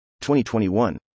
2021